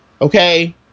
okay